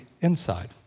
inside